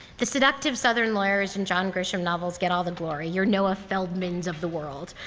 the seductive southern lawyers in john grisham novels get all the glory your noah feldmen's of the world.